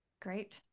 Great